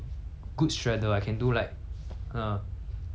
a pirouette then I will do a lot of turns I can do a lot of jumps these kind of thing